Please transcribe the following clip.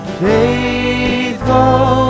faithful